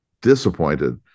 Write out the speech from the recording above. disappointed